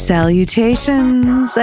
Salutations